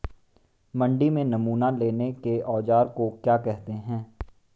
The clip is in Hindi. मंडी में नमूना लेने के औज़ार को क्या कहते हैं?